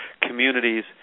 communities